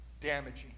damaging